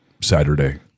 Saturday